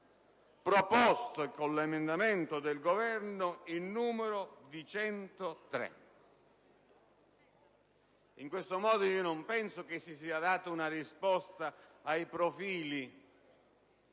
proposte con l'emendamento del Governo, in numero di 103. In questo modo, non penso che si sia data una risposta ai profili